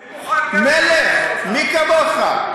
מלך, מי כמוך.